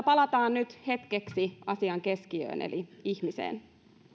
palataan nyt hetkeksi asian keskiöön eli ihmiseen